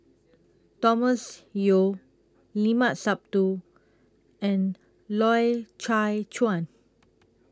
Thomas Yeo Limat Sabtu and Loy Chye Chuan